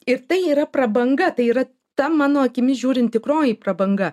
ir tai yra prabanga tai yra ta mano akimis žiūrint tikroji prabanga